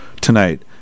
tonight